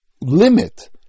limit